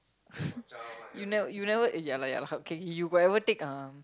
you never never eh ya lah ya lah okay you got ever take um